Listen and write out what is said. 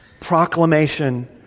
Proclamation